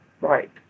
right